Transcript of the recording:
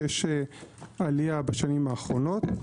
שיש עלייה בשנים האחרונות.